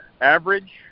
average